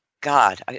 God